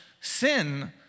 sin